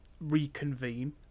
reconvene